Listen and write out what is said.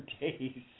days